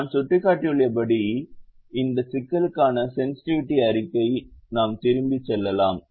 நான் சுட்டிக்காட்டியுள்ளபடி இந்த சிக்கலுக்கான சென்ஸ்ட்டிவிட்டி அறிக்கைக்கு நாம் திரும்பிச் செல்லலாம்